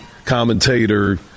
commentator